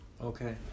okay